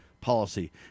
policy